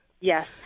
yes